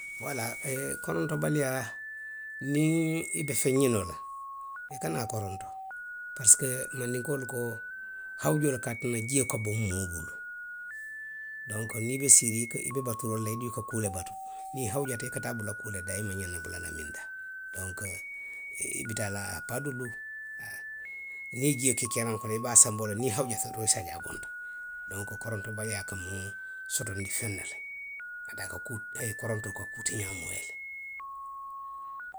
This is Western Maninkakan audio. Eee walaa korontobaliyaa niŋ i be feŋ ňinoo la, i kana koronto, parisiko mandinkoolu ko hawujoo le ka tinna jio ka boŋ moolu bulu. Donku niŋ i be siiriŋ i ka, i be baturoo la, duŋ i kuu le batu, niŋ i hawujata i ka taa bulu le daa a maŋ ňanna bula la miŋ daa. Donku. i i bi taa la a paa de luu haa. niŋ i ye jio ke keeraŋo kono i be a sanboo la niŋ i hawujata doroŋ i se a je a bonta. Donku korontobaliyaa ka moo sotondi feŋ ne la, a duŋ a ka, koronto ka aa moo ye le.